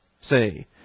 say